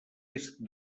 est